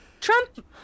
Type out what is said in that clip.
Trump